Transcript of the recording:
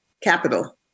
Capital